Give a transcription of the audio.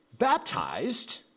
baptized